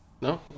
No